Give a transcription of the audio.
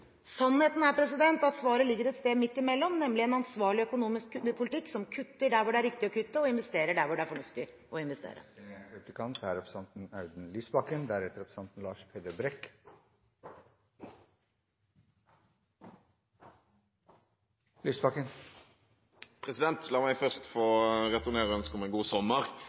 Sannheten er at svaret ligger et sted midt imellom, nemlig en ansvarlig økonomisk politikk som kutter der det er riktig å kutte, og som investerer der det er fornuftig å investere. La meg først få returnere ønsket om en god sommer. Men jeg vil gjerne sende representanten